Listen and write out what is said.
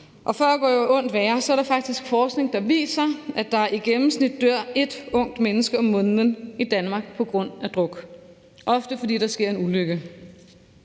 For at gøre ondt værre er der faktisk forskning, der viser, at der i gennemsnit dør ét ungt menneske om måneden i Danmark på grund af druk, ofte fordi der sker en ulykke.